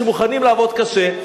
שמוכנים לעבוד קשה,